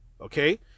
okay